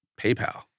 PayPal